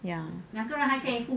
ya ya